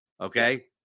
okay